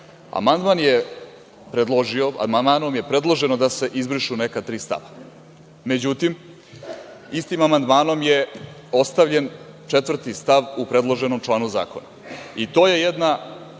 amandmanom je predloženo da se izbrišu neka tri stava, međutim, istim amandmanom je ostavljen 4. stava u predloženom članu zakona. To je jedna